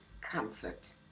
comfort